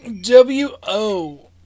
W-O